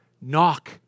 Knock